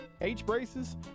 H-braces